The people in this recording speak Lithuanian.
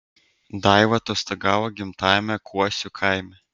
daiva atostogavo gimtajame kuosių kaime